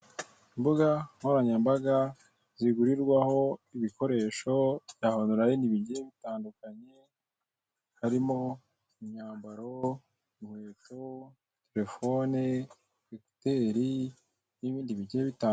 Imbugankoranyambaga zigurirwaho ibikoresho bya onurayini bigiye bitandukanye harimo imyambaro, inkweto, telefone, ekoteri n'ibindi bigiye bitandukanye.